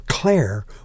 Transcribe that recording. Claire